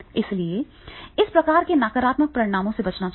इसलिए इस प्रकार के नकारात्मक परिणामों से बचा जाना चाहिए